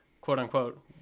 quote-unquote